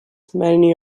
many